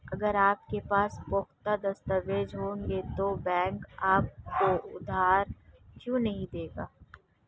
अगर आपके पास पुख्ता दस्तावेज़ होंगे तो बैंक आपको उधार क्यों नहीं देगा?